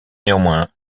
néanmoins